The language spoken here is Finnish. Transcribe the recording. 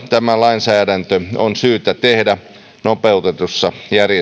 lainsäädäntö on syytä tehdä nopeutetussa järjestyksessä